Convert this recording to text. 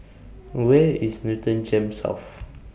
Where IS Newton Gems South